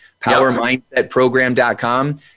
PowerMindsetProgram.com